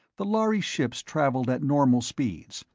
the lhari ships traveled at normal speeds,